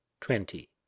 twenty